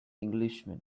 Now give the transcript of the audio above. englishman